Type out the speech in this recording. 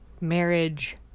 marriage